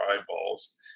eyeballs